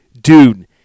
Dude